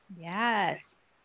Yes